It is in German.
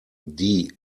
die